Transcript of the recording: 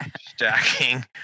stacking